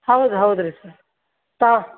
ಹೌದು ಹೌದು ರೀ ಸರ್ ತಾವು